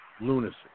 lunacy